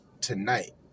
tonight